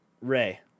ray